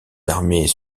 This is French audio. armées